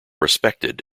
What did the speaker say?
respected